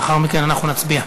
לאחר מכן אנחנו נצביע.